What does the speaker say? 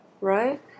Right